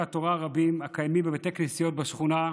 התורה הרבים הקיימים בבתי כנסיות בשכונה.